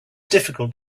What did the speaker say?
difficult